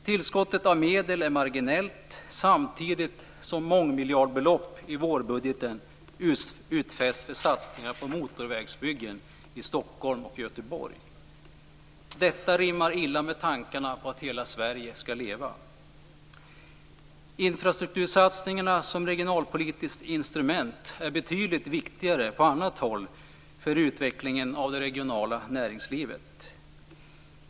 Tillskottet av medel är marginellt, samtidigt som mångmiljardbelopp i vårbudgeten utfästs för satsningar på motorvägsbyggen i Stockholm och Göteborg. Detta rimmar illa med tankarna på att hela Sverige skall leva. Infrastruktursatsningar som regionalpolitiskt instrument är betydligt viktigare på annat håll för utvecklingen av det regionala näringslivet.